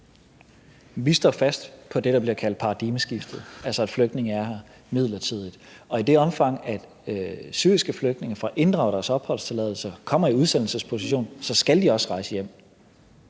Vi står fast på det, der bliver kaldt paradigmeskiftet, altså at flygtninge er her midlertidigt. I det omfang, at syriske flygtninge får inddraget deres opholdstilladelse og kommer i udsendelsesposition, skal de også rejse hjem